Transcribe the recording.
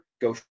go